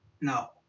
no